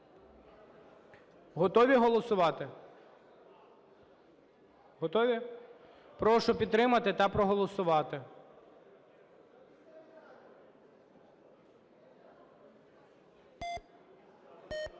Готові голосувати? Готові? Прошу підтримати та проголосувати.